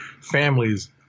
families